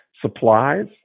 supplies